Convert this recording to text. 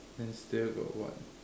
then still here got what